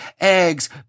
eggs